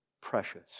precious